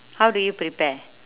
how do you prepare